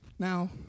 Now